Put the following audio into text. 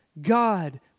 God